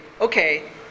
okay